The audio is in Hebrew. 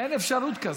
אין אפשרות כזאת.